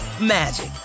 magic